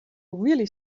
really